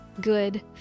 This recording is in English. good